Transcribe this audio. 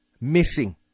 missing